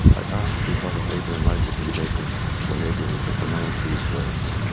i ask you, god of abraham, isaac, and jacob, to enable me to pronounce these words